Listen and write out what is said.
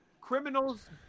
Criminals